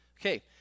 Okay